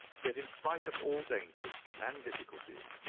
yet in spite of all dangers and difficulties,